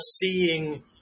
seeing